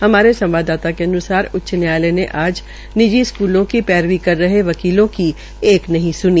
हमारे संवाददाता के अन्सार उच्च न्यायालय ने आज निजी स्कूलों की पैरवी कर रहे वकीलों की एक नहीं स्नी